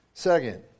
Second